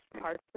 parts